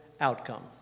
outcome